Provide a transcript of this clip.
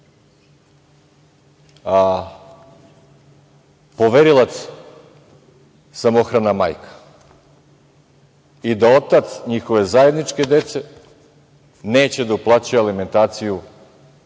je poverilac samohrana majka i da otac, njihove zajedničke dece, neće da uplaćuje alimentaciju